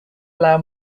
allow